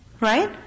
Right